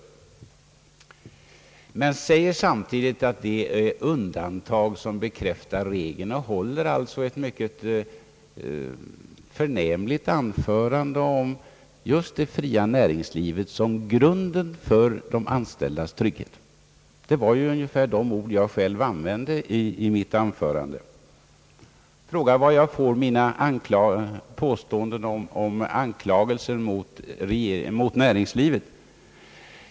Samtidigt säger han att det är undantagen som bekräftar regeln och håller ett mycket förnämligt anförande just om det fria näringslivet som grunden för de anställdas trygghet. Det var ungefär samma ord jag själv använde i mitt anförande. Jag tillfrågades om varifrån jag får mina påståenden om anklagelser mot näringslivet.